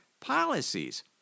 policies